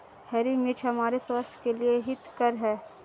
हरी मिर्च हमारे स्वास्थ्य के लिए हितकर हैं